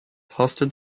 hosted